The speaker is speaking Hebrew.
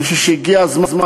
אני חושב שהגיע הזמן,